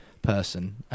Person